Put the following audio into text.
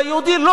לא מכיר.